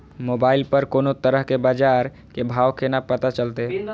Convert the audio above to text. Mobile पर कोनो तरह के बाजार के भाव केना पता चलते?